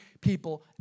people